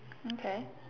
okay